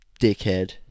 Dickhead